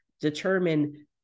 determine